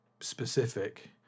specific